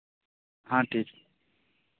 ᱦᱮᱸ ᱴᱷᱤᱠ